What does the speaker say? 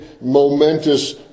momentous